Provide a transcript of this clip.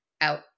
out